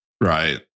Right